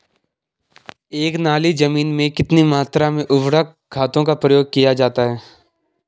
एक नाली जमीन में कितनी मात्रा में उर्वरक खादों का प्रयोग किया जाता है?